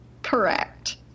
Correct